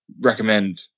recommend